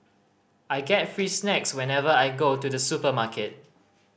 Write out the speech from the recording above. I get free snacks whenever I go to the supermarket